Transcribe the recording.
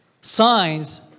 Signs